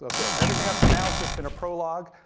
ah i've said, everything up to now has just been a prologue,